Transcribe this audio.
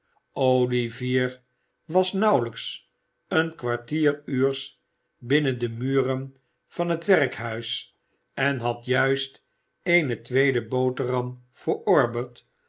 olivier was nauwelijks een kwartier uurs binnen de muren van het werkhuis en had juist eene tweede boterham